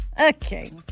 Okay